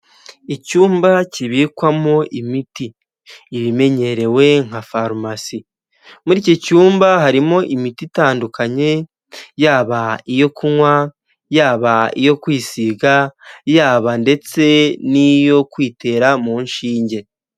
Icyumba kibikwamo imiti ibimenyerewe nka farumasi, muri iki cyumba harimo imiti itandukanye yaba iyo kunywa, yaba iyo kwisiga, yaba ndetse n'iyo kwitera mu nshinge.